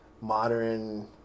modern